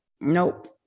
Nope